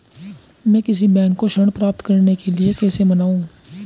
मैं किसी बैंक को ऋण प्राप्त करने के लिए कैसे मनाऊं?